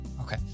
Okay